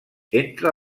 entre